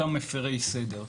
אותם מפירי סדר.